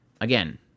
again